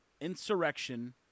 Insurrection